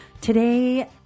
Today